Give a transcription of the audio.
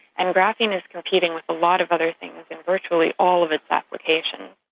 and graphene is competing with a lot of other things in virtually all of its applications.